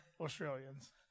Australians